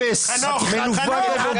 אפס, מנוול ובוגד.